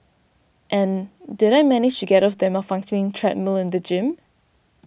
and did I manage to get off the malfunctioning treadmill in the gym